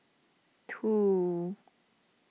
two